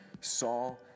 Saul